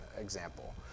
example